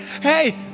hey